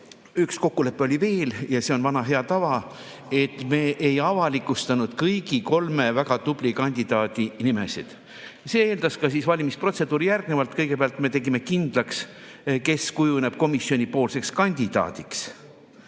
Üks kokkulepe oli veel ja see on vana hea tava, et me ei avalikustanud kõigi kolme väga tubli kandidaadi nimesid. See eeldas ka järgnevat valimisprotseduuri. Kõigepealt me tegime kindlaks, kes kujuneb komisjoni kandidaadiks